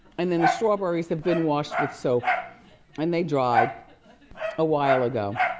and then the strawberries have been washed with soap and they dried a while ago,